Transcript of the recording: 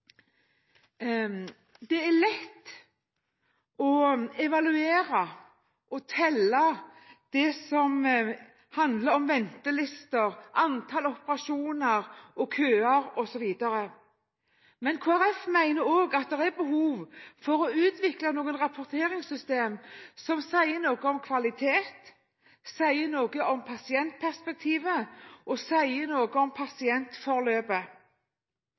Det er lett å evaluere og telle det som handler om ventelister, antall operasjoner, køer, osv., men Kristelig Folkeparti mener også at det er behov for å utvikle noen rapporteringssystemer som sier noe om kvalitet, som sier noe om pasientperspektivet, og som sier noe om pasientforløpet.